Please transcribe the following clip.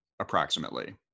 approximately